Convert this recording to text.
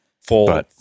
Full